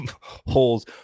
holes